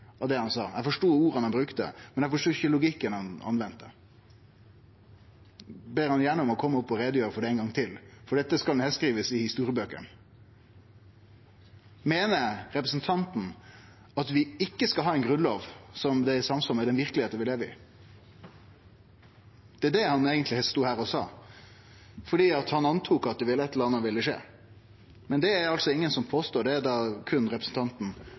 av det han sa. Eg forstod orda han brukte, men eg forstod ikkje logikken han brukte. Eg ber han om gjerne å kome opp og gjere greie for det ein gong til, for dette blir skrive ned i historiebøkene. Meiner representanten Leirstein at vi ikkje skal ha ei grunnlov som er i samsvar med den verkelegheita vi lever i? Det er det han eigentleg stod her og sa, for han trudde at eit eller anna ville skje. Men det er ingen som påstår det; det er berre representanten